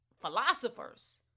Philosophers